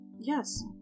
yes